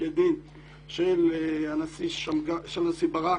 פסקי דין של הנשיא ברק,